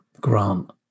grant